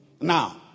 Now